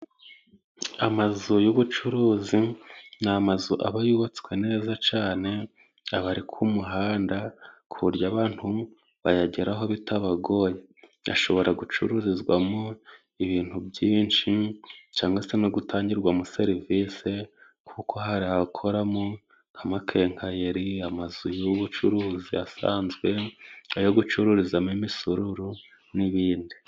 Amazu y'ubucuruzi ni amazu aba yubatswe neza cyane, aba ari ku muhanda ku buryo abantu bayageraho bitabagoye. Ashobora gucururizwamo ibintu byinshi, cyangwa se no gutangirwamo serivise kuko hari abakoramo nk'amakenkayori, amazu y'ubucuruzi asanzwe, ayo gucururizamo imisururu n'ibindi.